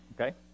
Okay